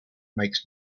makes